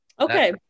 Okay